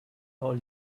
all